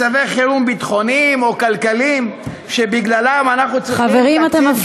מצבי חירום ביטחוניים או כלכליים שבגללם אנחנו צריכים תקציב